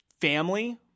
Family